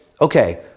okay